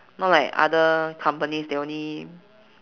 not like other companies they only